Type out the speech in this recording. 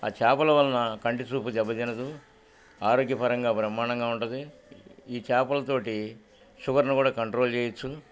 ఆ చాపల వలన కంటిడిసూపు దెబ్బదినదు ఆరోగ్యపరంగా బ్రహ్మాండంగా ఉంటది ఈ చేాపలతోటి షుగర్ని కూడా కంట్రోల్ చేయొచ్చు